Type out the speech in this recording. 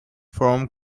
from